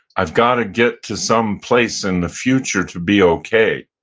i've gotta get to some place in the future to be okay.